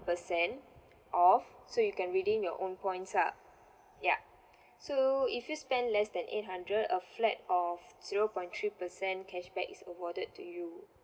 percent off so you can redeem your own points ah yup so if you spend less than eight hundred a flat of zero point three percent cashback is awarded to you